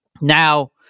Now